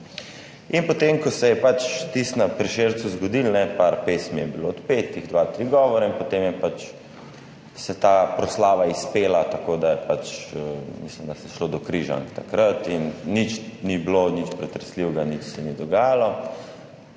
In potem ko se je tisto na Prešercu zgodilo, nekaj pesmi je bilo odpetih, dva, trije govori, in potem se je ta proslava izpela tako, da se je pač, mislim, da šlo do Križank takrat. Nič ni bilo, nič pretresljivega, nič se ni dogajalo.